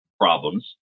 problems